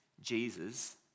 Jesus